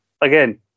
again